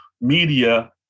Media